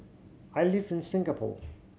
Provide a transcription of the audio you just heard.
I live in Singapore